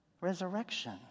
Resurrection